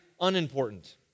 unimportant